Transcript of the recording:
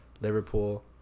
Liverpool